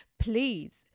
Please